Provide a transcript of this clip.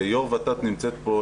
יו"ר ות"ת נמצאת פה,